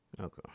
Okay